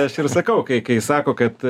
aš ir sakau kai kai sako kad